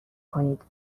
کنید